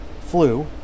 flu